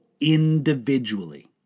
individually